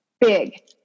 big